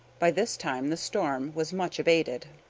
by this time the storm was much abated.